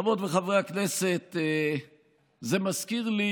חברות וחברי הכנסת, זה מזכיר לי